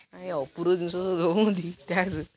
ନାଇଁ ଏ ଅପୂର୍ବ ଜିନିଷ ସବୁ ଦେଉଛନ୍ତି ଟାକ୍ସ